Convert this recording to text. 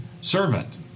servant